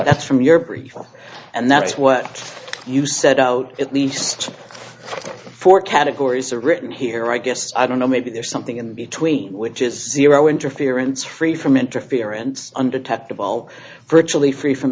threats from your peripheral and that's what you said out at least four categories are written here i guess i don't know maybe there's something in between which is zero interference free from interference undetectable virtually free from